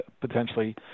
potentially